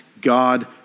God